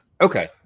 Okay